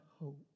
hope